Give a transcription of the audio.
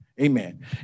Amen